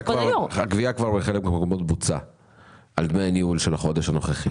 הגבייה כבר החלה על דמי הניהול של החודש הנוכחי